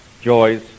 joys